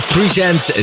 Presents